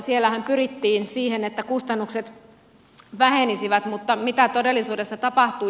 siellähän pyrittiin siihen että kustannukset vähenisivät mutta mitä todellisuudessa tapahtui